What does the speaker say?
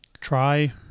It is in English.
try